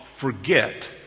Forget